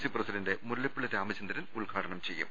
C president Mullappally Ramachandran ഉദ്ഘാടനം ചെയ്യും